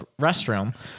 restroom